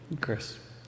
Chris